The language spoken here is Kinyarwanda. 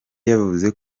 yavuze